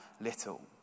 little